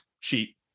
cheap